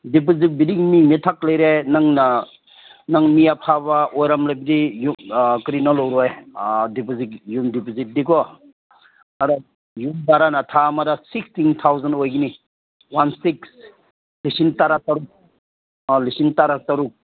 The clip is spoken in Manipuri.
ꯗꯤꯄꯣꯖꯤꯠꯀꯤꯗꯤ ꯅꯪ ꯅꯊꯛ ꯂꯩꯔꯦ ꯅꯪꯅ ꯅꯪ ꯃꯤ ꯑꯐꯕ ꯑꯣꯏꯔꯝꯂꯕꯗꯤ ꯌꯨꯝ ꯀꯔꯤꯅꯣ ꯂꯧꯔꯣꯏ ꯗꯤꯄꯣꯖꯤꯠ ꯌꯨꯝ ꯗꯤꯄꯣꯖꯤꯠꯇꯤ ꯀꯣ ꯑꯗꯣ ꯌꯨꯝ ꯚꯔꯥꯅ ꯊꯥ ꯑꯃꯗ ꯁꯤꯛꯁꯇꯤꯟ ꯊꯥꯎꯖꯟ ꯑꯣꯏꯒꯅꯤ ꯋꯥꯟ ꯁꯤꯛꯁ ꯂꯤꯁꯤꯡ ꯇꯔꯥ ꯇꯔꯨꯛ ꯂꯤꯁꯤꯡ ꯇꯔꯥ ꯇꯔꯨꯛ